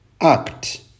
Act